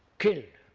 killed,